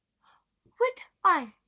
would i?